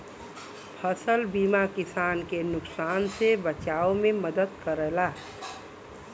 फसल बीमा किसान के नुकसान से बचाव में मदद करला